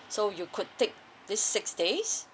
so you could take this six days